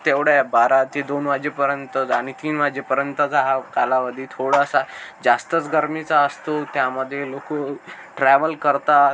तेवढ्या बारा ते दोन वाजेपर्यंतच आणि तीन वाजेपर्यंतचा हा कालावधी थोडासा जास्तच गरमीचा असतो त्यामध्ये लोकं ट्रॅव्हल करतात